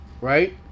right